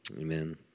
amen